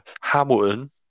Hamilton